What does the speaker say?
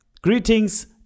Greetings